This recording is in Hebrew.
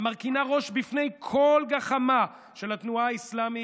המרכינה ראש בפני כל גחמה של התנועה האסלאמית,